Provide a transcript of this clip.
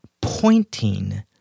pointing